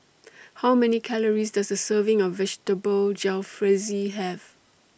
How Many Calories Does A Serving of Vegetable Jalfrezi Have